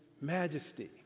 majesty